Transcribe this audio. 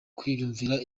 kwiyumvira